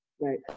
Right